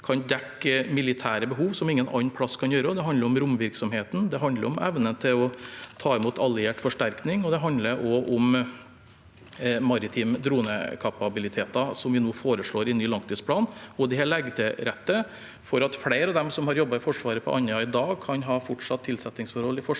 kan dekke militære behov som ingen annen plass kan. Det handler om romvirksomheten, om evnen til å ta imot alliert forsterkning og om maritime dronekapabiliteter, som vi nå foreslår i ny langtidsplan. Dette legger til rette for at flere av dem som har jobber i Forsvaret på Andøya i dag, fortsatt kan ha et tilsettingsforhold i Forsvaret,